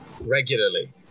Regularly